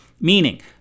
Meaning